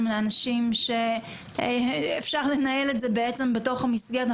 לאנשים שאפשר לנהל את זה בעצם בתוך המסגרת.